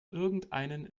irgendeinen